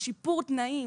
זה שיפור תנאים,